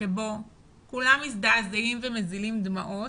שבו כולם מזדעזעים ומזילים דמעות